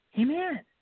Amen